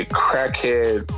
crackhead